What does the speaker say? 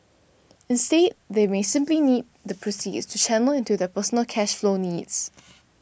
instead they may simply need the proceeds to channel into their personal cash flow needs